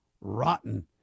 rotten